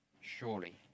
Surely